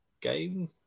game